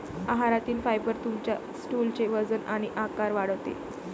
आहारातील फायबर तुमच्या स्टूलचे वजन आणि आकार वाढवते